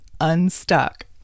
unstuck